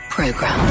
Program